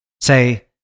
Say